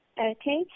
Okay